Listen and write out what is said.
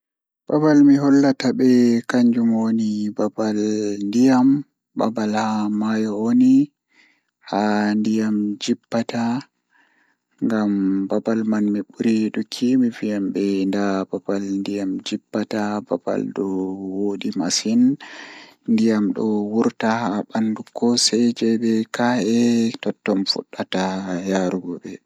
Babal mi hollata ɓe kannjum woni babal ndiyam babal haa mayo woni haa ndiyam jippata, Ngam babal man mi ɓuri yiɗuki mi wiyan ɓe nda ha ndiyam jippata babal ɗo wooɗi masin ndiyam ɗon wurta haa bandu kooseje be ka'e totton mi fuɗɗata yarugo ɓe